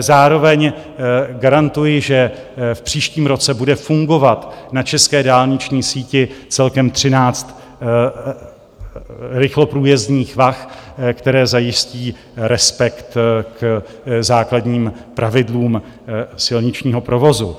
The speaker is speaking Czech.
Zároveň garantuji, že v příštím roce bude fungovat na české dálniční síti celkem 13 rychloprůjezdných vah, které zajistí respekt k základním pravidlům silničního provozu.